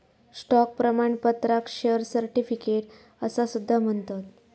stock प्रमाणपत्राक share certificate असा सुद्धा म्हणतत